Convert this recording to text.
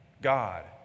God